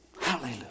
Hallelujah